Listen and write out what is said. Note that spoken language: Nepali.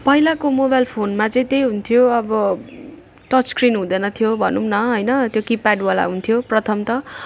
पहिलाको मोबाइल फोनमा चाहिँ त्यही हुन्थ्यो अब टच स्क्रिन हुँदैन थियो भनौँ न होइन त्यो किप्याड वाला हुन्थ्यो प्रथम त